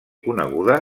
coneguda